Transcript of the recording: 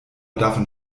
davon